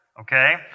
Okay